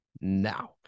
now